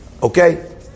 Okay